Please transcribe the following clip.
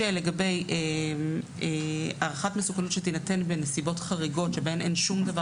לגבי הערכת מסוכנות שתינתן בנסיבות חריגות בהן אין שום דבר